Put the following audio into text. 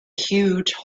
huge